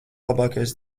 labākais